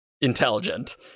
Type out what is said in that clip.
intelligent